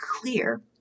clear